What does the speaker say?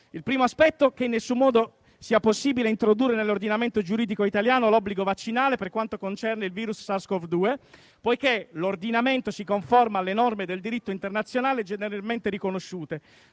il primo aspetto, che in nessun modo sia possibile introdurre nell'Ordinamento giuridico italiano l'obbligo vaccinale per quanto concerne il virus Sars COv 2, poiché "*l'Ordinamento si conforma alle norme del diritto internazionale generalmente riconosciute"*;